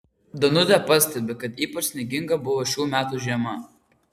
danutė pastebi kad ypač snieginga buvo šių metų žiema